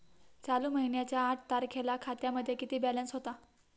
चालू महिन्याच्या आठ तारखेला खात्यामध्ये किती बॅलन्स होता?